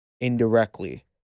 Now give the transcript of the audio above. indirectly